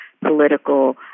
political